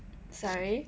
sorry